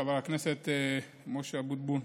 חבר הכנסת משה אבוטבול,